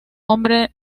hombre